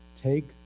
Take